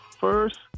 first